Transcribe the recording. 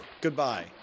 Goodbye